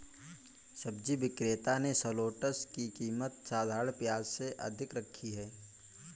सब्जी विक्रेता ने शलोट्स की कीमत साधारण प्याज से अधिक रखी है